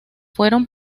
fueron